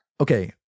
Okay